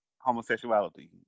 homosexuality